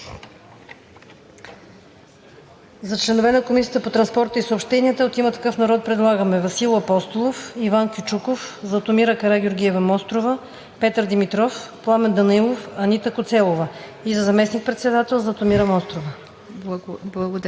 За членове на Комисията по транспорта и съобщенията от „Има такъв народ“ предлагаме Васил Апостолов, Иван Кючуков, Златомира Карагеоргиева-Мострова, Петър Димитров, Пламен Данаилов, Анита Коцелова и за заместник-председател Златомира Мострова.